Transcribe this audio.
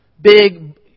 Big